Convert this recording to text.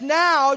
now